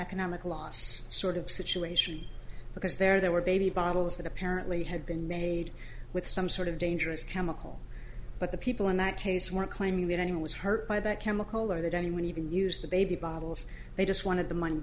economic loss sort of situation because there there were baby bottles that apparently had been made with some sort of dangerous chemical but the people in that case weren't claiming that anyone was hurt by that chemical or that anyone even used the baby bottles they just wanted the money